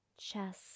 chest